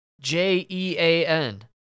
J-E-A-N